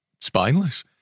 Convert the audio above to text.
spineless